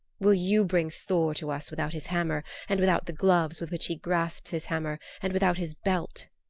will you bring thor to us without his hammer, and without the gloves with which he grasps his hammer, and without his belt?